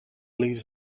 leaves